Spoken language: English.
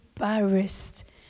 embarrassed